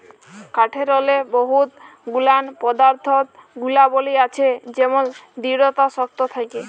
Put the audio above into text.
কাঠেরলে বহুত গুলান পদাথ্থ গুলাবলী আছে যেমল দিঢ়তা শক্ত থ্যাকে